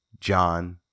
John